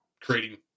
creating